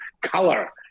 color